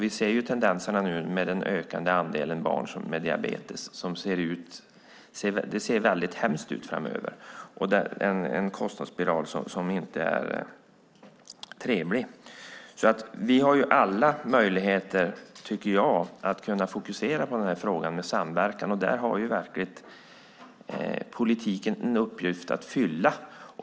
Vi ser tendenserna med den ökande andelen barn som får diabetes. Det ser förfärligt ut framöver, och kostnadsspiralen är inte trevlig. Vi har alla möjligheter att kunna fokusera på frågan om samverkan, och där har politiken verkligen en uppgift att fylla.